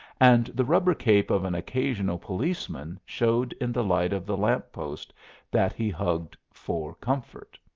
and the rubber cape of an occasional policeman showed in the light of the lamp-post that he hugged for comfort.